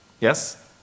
Yes